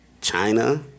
China